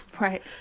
Right